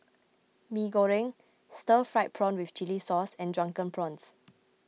Mee Goreng Stir Fried Prawn with Chili Sauce and Drunken Prawns